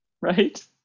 Right